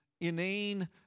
inane